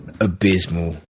abysmal